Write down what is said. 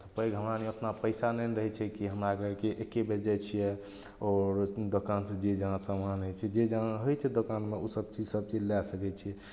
तऽ पैघ हमरा लग उतना पैसा नहि ने रहै छै कि हमरा आरके कि एक्के बेर जाइ छियै आओर दोकानसँ जे जहाँ सामान होइ छै जे जहाँ होइ छै दोकानमे ओसभ चीज सभचीज लए सकै छी